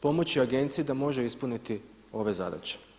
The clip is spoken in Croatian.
pomoći agenciji da može ispuniti ove zadaće.